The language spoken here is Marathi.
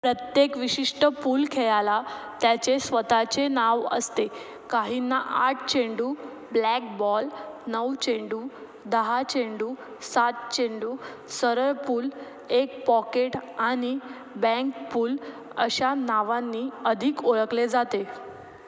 प्रत्येक विशिष्ट पूल खेळायला त्याचे स्वतःचे नाव असते काहींना आठ चेंडू ब्लॅक बॉल नऊ चेंडू दहा चेंडू सात चेंडू सरळपूल एक पॉकेट आणि ब्लॅंक पूल अशा नावांनी अधिक ओळखले जाते